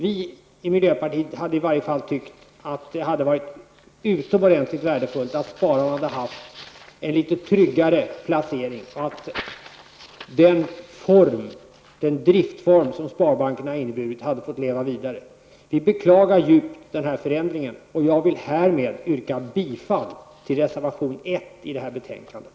Vi i miljöpartiet tycker att det hade varit utomordentligt värdefullt om spararna hade haft en litet tryggare placering och om den driftsform som sparbankerna inneburit hade fått leva vidare. Vi beklagar den här förändringen djupt. Jag vill härmed yrka bifall till reservation 1 i det här betänkandet.